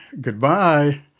Goodbye